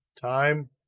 Time